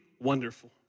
wonderful